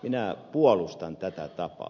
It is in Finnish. minä puolustan tätä tapaa